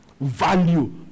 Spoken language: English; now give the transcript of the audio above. value